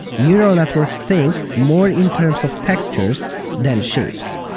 neural networks think more in terms of textures than shapes.